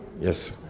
Yes